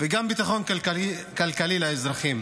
וגם ביטחון כלכלי לאזרחים.